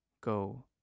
Go